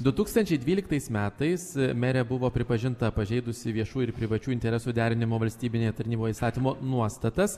du tūkstančiai dvyliktais metais merė buvo pripažinta pažeidusi viešų ir privačių interesų derinimo valstybinėje tarnyboje įstatymo nuostatas